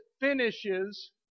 finishes